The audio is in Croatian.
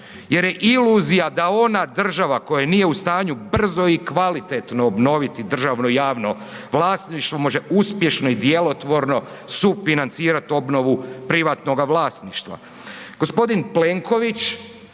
jer je iluzija da ona država koja nije u stanju brzo i kvalitetno obnoviti državno javno vlasništvo može uspješno i djelotvorno sufinancirat obnovu privatnoga vlasništva.